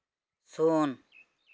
ᱥᱩᱱ